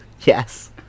Yes